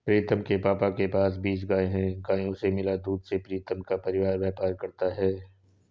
प्रीतम के पापा के पास बीस गाय हैं गायों से मिला दूध से प्रीतम का परिवार व्यापार करता है